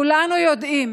כולנו יודעים